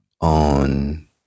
on